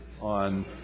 on